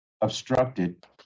obstructed